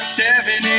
seven